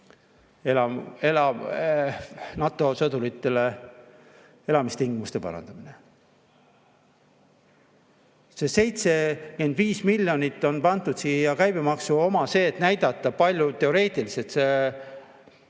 elamistingimuste parandamiseks. See 75 miljonit on pandud siia käibemaksu, et näidata, kui palju teoreetiliselt see